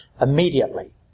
immediately